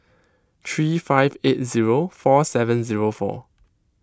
three five eight zero four seven zero four